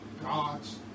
God's